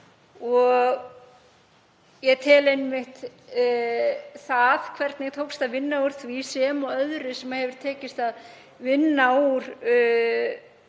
Ég tel einmitt það hvernig tókst að vinna úr því, sem og öðru sem tekist hefur að vinna úr